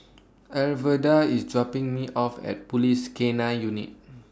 Alverda IS dropping Me off At Police K nine Unit